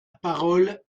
parole